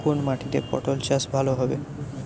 কোন মাটিতে পটল চাষ ভালো হবে?